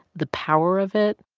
the power of it.